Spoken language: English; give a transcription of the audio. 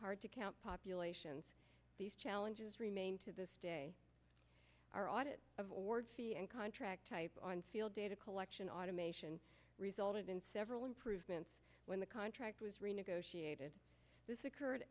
hard to count populations these challenges remain to this day our audit of org and contract type field data collection automation resulted in several improvements when the contract was renegotiated this occurred